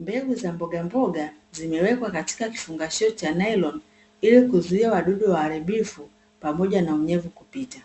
Mbegu za mbogamboga zimewekwa katika kifungashio cha nailoni ilikuzuia wadudu waharibifu pamoja na unyevu kupita,